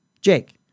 Jake